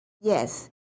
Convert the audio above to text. yes